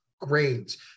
grains